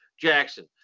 Jackson